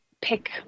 pick